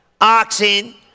oxen